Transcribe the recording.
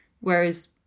Whereas